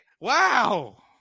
Wow